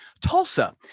Tulsa